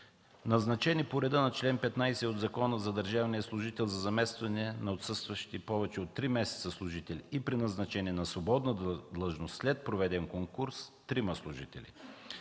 назначени по реда на чл. 15 от Закона за държавния служител за заместване на отсъстващи повече от три месеца служители и преназначени на свободна длъжност след проведен конкурс – трима служители;